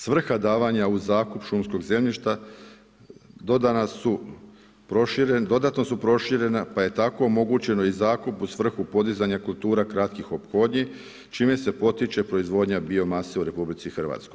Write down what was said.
Svrha davanja u zakup šumskog zemljišta dodatno su proširena pa je tako omogućen i zakup u svrhu podizanja kultura kratkih ophodnji čime se potiče proizvodnja biomase u RH.